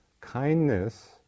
Kindness